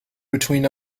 between